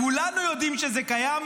כולנו יודעים שזה קיים,